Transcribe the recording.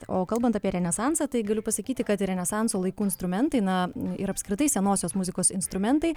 o kalbant apie renesansą tai galiu pasakyti kad ir renesanso laikų instrumentai na ir apskritai senosios muzikos instrumentai